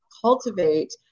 cultivate